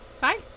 Bye